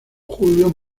julio